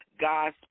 God